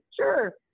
sure